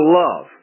love